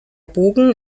bogen